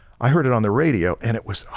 i heard it on the radio and it was oh,